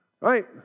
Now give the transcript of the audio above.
right